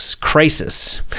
crisis